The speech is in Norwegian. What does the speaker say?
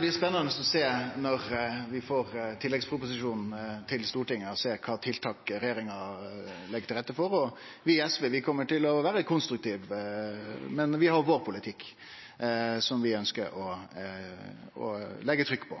blir spennande å sjå når vi får tilleggsproposisjonen til Stortinget, kva tiltak regjeringa legg til rette for. Vi i SV kjem til å vere konstruktive, men vi har vår politikk som vi ønskjer å leggje trykk på.